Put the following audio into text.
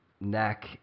neck